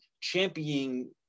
championing